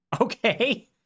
okay